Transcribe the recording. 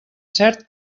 cert